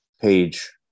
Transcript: page